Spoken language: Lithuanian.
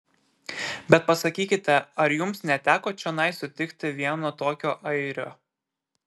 bet pasakykite ar jums neteko čionai sutikti vieno tokio airio